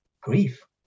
grief